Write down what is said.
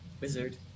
Wizard